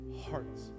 hearts